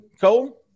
Cole